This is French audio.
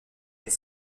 est